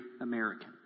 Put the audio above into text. American